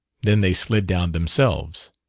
then they slid down themselves.